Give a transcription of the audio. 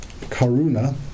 Karuna